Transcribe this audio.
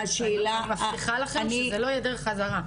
אני מבטיחה לכם שלא תהיה דרך חזרה.